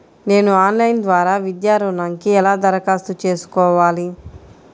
నేను ఆన్లైన్ ద్వారా విద్యా ఋణంకి ఎలా దరఖాస్తు చేసుకోవాలి?